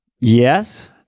Yes